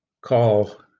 call